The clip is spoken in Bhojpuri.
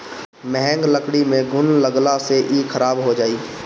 महँग लकड़ी में घुन लगला से इ खराब हो जाई